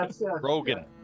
Rogan